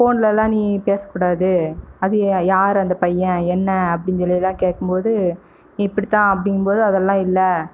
ஃபோன்லெலாம் நீ பேசக்கூடாது அது யார் அந்த பையன் என்ன அப்படின்னு சொல்லிலாம் கேட்கும்போது இப்படி தான் அப்படிங்கும்போது அதெல்லாம் இல்லை